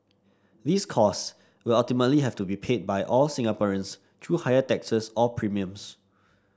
these cost will ultimately have to be paid for by all Singaporeans through higher taxes or premiums